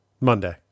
Monday